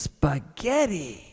Spaghetti